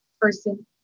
person